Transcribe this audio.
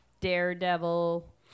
Daredevil